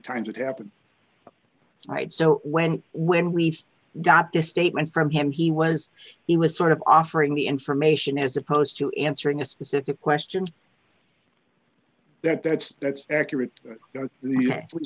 times it happened right so when when we st got this statement from him he was he was sort of offering the information as opposed to answering a specific questions that that's that's accurate